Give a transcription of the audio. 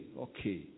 okay